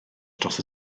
dros